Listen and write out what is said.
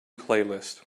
playlist